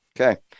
Okay